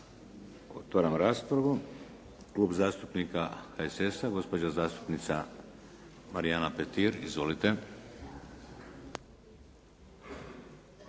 Otvaram raspravu. Klub zastupnika HSS-a gospođa zastupnica Marijana Petir. Izvolite.